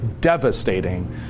devastating